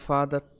Father